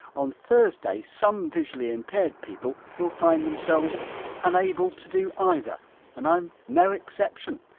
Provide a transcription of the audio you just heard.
on thursday some visually impaired people will find themselves unable to do either and i'm no exception.